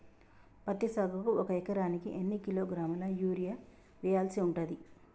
పత్తి సాగుకు ఒక ఎకరానికి ఎన్ని కిలోగ్రాముల యూరియా వెయ్యాల్సి ఉంటది?